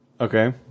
okay